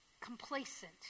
complacent